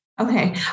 Okay